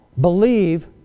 believe